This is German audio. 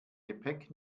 gepäck